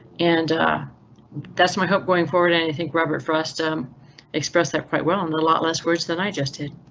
and that's my hope going forward. anything robert, for for us to um express that quite well and a lot less words than i just did.